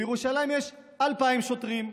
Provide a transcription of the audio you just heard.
בירושלים יש 2,000 שוטרים.